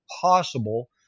possible